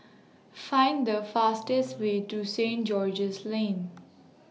Find The fastest Way to Saint George's Lane